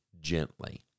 gently